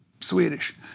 Swedish